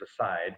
aside